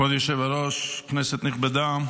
כבוד היושב-ראש, כנסת נכבדה,